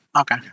okay